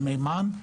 על מימן,